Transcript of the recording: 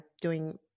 doing-